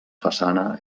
façana